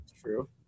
true